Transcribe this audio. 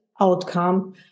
outcome